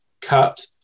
cut